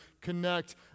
connect